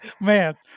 Man